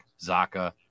Zaka